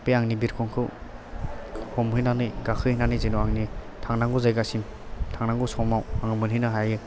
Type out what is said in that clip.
बे आंनि बिरखंखौ हमहैनानै गाखोहैनानै जेन' आंनि थांनांगौ जायगासिम थांनांगौ समाव आङो मोनहैनो हायो